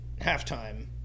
halftime